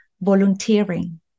volunteering